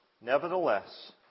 Nevertheless